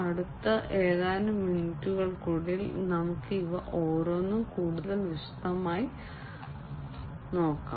അടുത്ത ഏതാനും മിനിറ്റുകൾക്കുള്ളിൽ നമുക്ക് ഇവ ഓരോന്നും കൂടുതൽ വിശദമായി നോക്കാം